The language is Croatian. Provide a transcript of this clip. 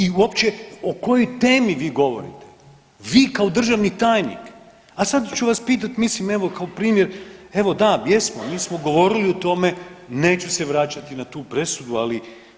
I uopće o kojoj temi vi govorite, vi kao državni tajnik, a sad ću vas pitati, mislim evo, kao primjer, evo, da, jesmo, mi smo govorili o tome, neću se vraćati na tu presudu, ali